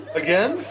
again